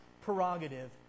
prerogative